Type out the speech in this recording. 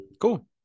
Cool